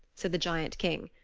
said the giant king.